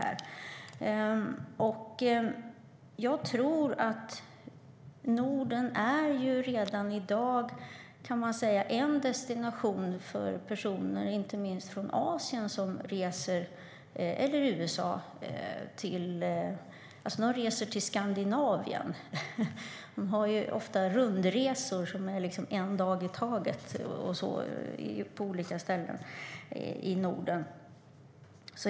Man kan säga att Norden redan i dag är en destination för personer inte minst från Asien och USA. De reser till Skandinavien. De gör ofta rundresor med en dag på varje ställe i Norden.